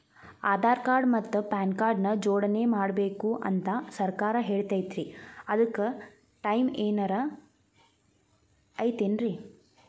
ಆಧಾರ ಮತ್ತ PAN card ನ ಜೋಡಣೆ ಮಾಡ್ಬೇಕು ಅಂತಾ ಸರ್ಕಾರ ಹೇಳೈತ್ರಿ ಅದ್ಕ ಟೈಮ್ ಏನಾರ ಐತೇನ್ರೇ?